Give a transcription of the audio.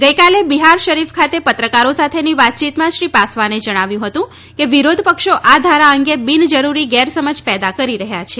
ગઈકાલે બિહાર શરીફ ખાતે પત્રકારો સાથેની વાતચીતમાં શ્રી પાસવાને જણાવ્યું હતું કે વિરોધ પક્ષો આ ધારા અંગે બિન જરૂરી ગેરસમજ પેદા કરી રહ્યા છે